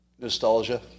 Nostalgia